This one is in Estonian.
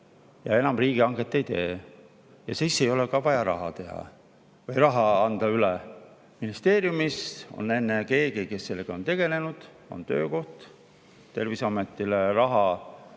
ja enam riigihanget ei tee. Siis ei ole vaja ka raha üle anda. Ministeeriumis on enne keegi, kes sellega on tegelenud, on töökoht, Terviseametile raha